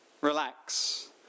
Relax